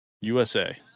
USA